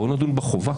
בואו נדון בחובה,